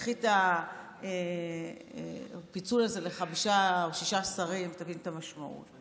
קחי את הפיצול הזה לחמישה או שישה שרים ותביני את המשמעות.